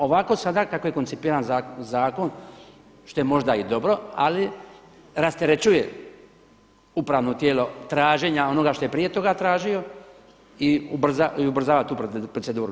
Ovako sada kako je koncipiran zakon što je možda i dobro, ali rasterećuje upravno tijelo traženja onoga što je prije toga tražilo i ubrzava tu proceduru.